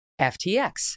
FTX